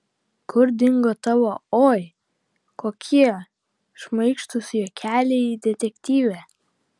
kur dingo tavo oi kokie šmaikštūs juokeliai detektyve